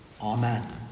Amen